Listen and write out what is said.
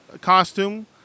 costume